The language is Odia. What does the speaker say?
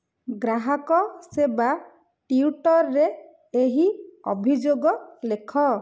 ଗ୍ରାହକ ସେବା ଟ୍ୱିଟରରେ ଏହି ଅଭିଯୋଗ ଲେଖ